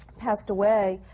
passed away